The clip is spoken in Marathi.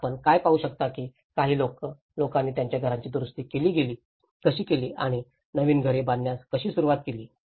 तर आपण काय पाहू शकता की काही लोकांनी त्यांच्या घरांची दुरुस्ती कशी केली आणि नवीन घरे बांधण्यास कशी सुरुवात केली